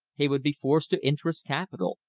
he would be forced to interest capital,